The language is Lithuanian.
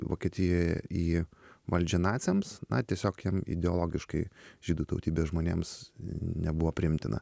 vokietijoje į valdžią naciams na tiesiog jam ideologiškai žydų tautybės žmonėms nebuvo priimtina